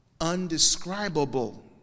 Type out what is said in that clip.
undescribable